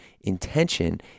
intention